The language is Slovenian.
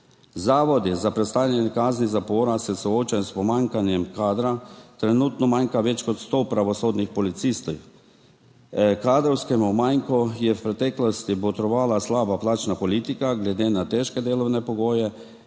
Zavodi za prestajanje kazni zapora se soočajo s pomanjkanjem kadra, trenutno manjka več kot 100 pravosodnih policistov. Kadrovskemu manku je v preteklosti botrovala slaba plačna politika, glede na težke delovne pogoje